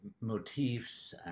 motifs